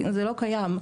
זה לא קיים.